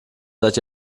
seit